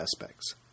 aspects